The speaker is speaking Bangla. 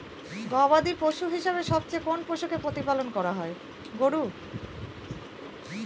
গবাদী পশু হিসেবে সবচেয়ে কোন পশুকে প্রতিপালন করা হয়?